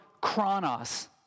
chronos